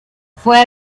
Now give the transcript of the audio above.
fue